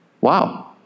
Wow